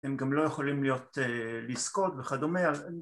הם גם לא יכולים להיות לזכות וכדומה